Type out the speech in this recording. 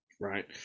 right